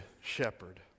shepherd